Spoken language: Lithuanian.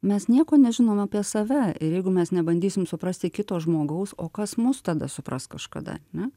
mes nieko nežinom apie save ir jeigu mes nebandysim suprasti kito žmogaus o kas mus tada supras kažkada ne